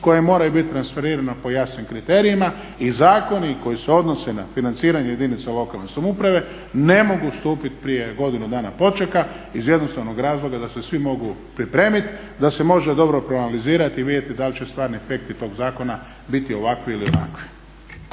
koja moraju bit transferirana po jasnim kriterijima i zakoni koji se odnose na financiranje jedinica lokalne samouprave ne mogu stupiti prije godinu dana počeka iz jednostavnog razloga da se svi mogu pripremiti, da se može dobro proanalizirati i vidjeti da li će stvarni efekti tog zakona biti ovakvi ili onakvi.